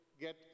get